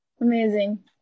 amazing